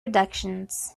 reductions